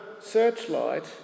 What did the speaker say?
searchlight